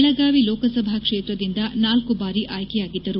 ಬೆಳಗಾವಿ ಲೋಕಸಭಾ ಕ್ಷೇತ್ರದಿಂದ ನಾಲ್ಕು ಬಾರಿ ಆಯ್ಕೆಯಾಗಿದ್ದರು